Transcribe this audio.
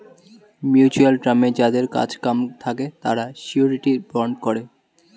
mutual টার্মে যাদের কাজ কাম থাকে তারা শিউরিটি বন্ড করে